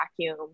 vacuum